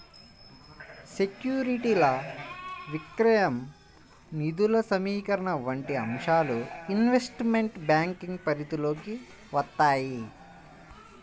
సెక్యూరిటీల విక్రయం, నిధుల సమీకరణ వంటి అంశాలు ఇన్వెస్ట్మెంట్ బ్యాంకింగ్ పరిధిలోకి వత్తాయి